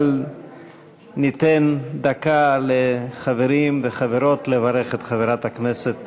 אבל ניתן דקה לחברים והחברות לברך את חברת הכנסת